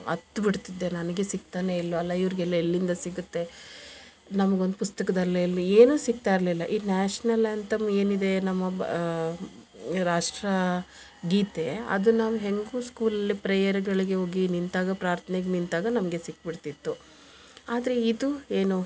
ಅತ್ತು ಬಿಡ್ತಿದ್ದೆ ನನಗೆ ಸಿಕ್ತಾನೇ ಇಲ್ಲವಲ್ಲ ಇವ್ರ್ಗೆಲ್ಲ ಎಲ್ಲಿಂದ ಸಿಗತ್ತೆ ನಮ್ಗೊಂದು ಪುಸ್ತಕದಲ್ಲಿ ಏನು ಸಿಕ್ತಾಯಿರಲಿಲ್ಲ ಈ ನ್ಯಾಷ್ನಲ್ ಆ್ಯಂಥಮ್ ಏನಿದೆ ನಮ್ಮ ಭ ರಾಷ್ಟ್ರ ಗೀತೆ ಅದನ್ನ ನಾನು ಹೆಂಗೂ ಸ್ಕೂಲಲ್ಲಿ ಪ್ರೇಯರಗಳಿಗೆ ಹೋಗಿ ನಿಂತಾಗ ಪ್ರಾರ್ಥನೆಗೆ ನಿಂತಾಗ ನಮಗೆ ಸಿಕ್ಬಿಡ್ತಿತ್ತು ಆದರೆ ಇದು ಏನು